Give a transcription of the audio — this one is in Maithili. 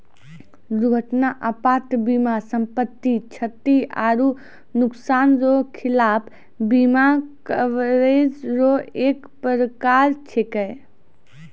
दुर्घटना आपात बीमा सम्पति, क्षति आरो नुकसान रो खिलाफ बीमा कवरेज रो एक परकार छैकै